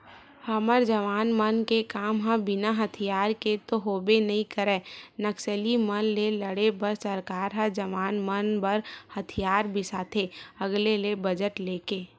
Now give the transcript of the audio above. हमर जवान मन के काम ह बिना हथियार के तो होबे नइ करय नक्सली मन ले लड़े बर सरकार ह जवान मन बर हथियार बिसाथे अलगे ले बजट लेके